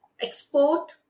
export